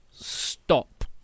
stop